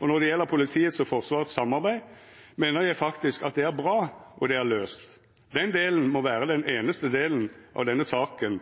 Og når det gjelder politiets og Forsvarets samarbeid, mener jeg faktisk at det er bra, og det er løst. Den delen må være den eneste delen av denne saken